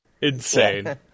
insane